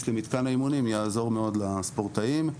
למתקן האימונים שיעזור מאוד לספורטאים.